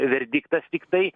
verdiktas tiktai